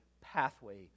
pathway